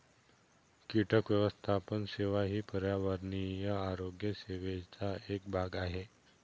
कीटक व्यवस्थापन सेवा ही पर्यावरणीय आरोग्य सेवेचा एक भाग आहे